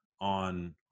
on